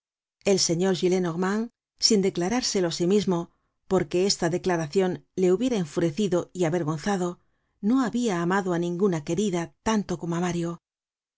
el señor gillenormand sin declarárselo á sí mismo porque esta declaracion le hubiera enfurecido y avergonzado no habia amado á ninguna querida tanto como á mario